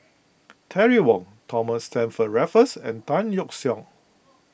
Terry Wong Thomas Stamford Raffles and Tan Yeok Seong